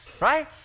right